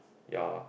ya